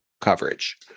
coverage